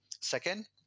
Second